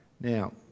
Now